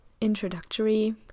introductory